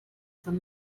són